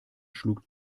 schlug